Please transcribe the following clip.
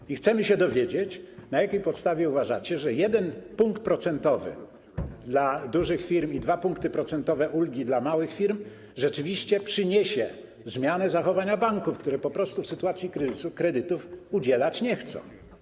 I chcemy się dowiedzieć, na jakiej podstawie uważacie, że 1 punkt procentowy ulgi dla dużych firm i 2 punkty procentowe dla małych firm rzeczywiście przyniosą zmianę zachowania banków, które po prostu w sytuacji kryzysu kredytów udzielać nie chcą.